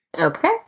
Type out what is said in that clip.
okay